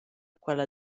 quella